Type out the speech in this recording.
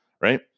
right